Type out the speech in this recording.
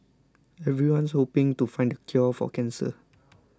everyone's hoping to find the cure for cancer